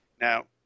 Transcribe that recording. Now